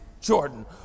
Jordan